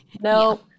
No